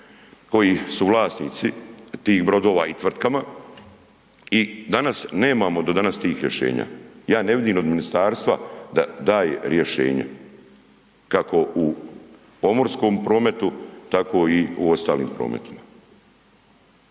koji su vlasnici tih brodova i tvrtkama i danas nemamo, do danas tih rješenja. Ja ne vidim od ministarstva da daje rješenje, kako u pomorskom prometu, tako i u ostalim prometima.